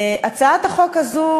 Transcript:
הצעת החוק הזו,